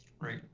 Right